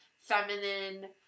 feminine